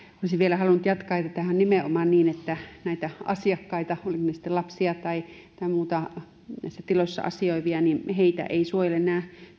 olisin vielä halunnut jatkaa että sehän on nimenomaan niin että näitä asiakkaita olivat ne sitten lapsia tai muita näissä tiloissa asioivia eivät suojele nämä